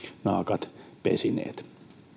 naakat pesineet